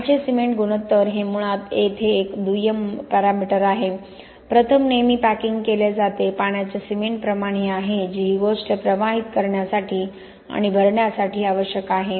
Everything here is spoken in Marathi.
पाण्याचे सिमेंट गुणोत्तर हे मुळात येथे एक दुय्यम मापदंड आहे प्रथम नेहमी पॅकिंग केले जाते पाण्याचे सिमेंट प्रमाण हे आहे जे ही गोष्ट प्रवाहित करण्यासाठी आणि भरण्यासाठी आवश्यक आहे